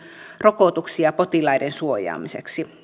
rokotukset potilaiden suojaamiseksi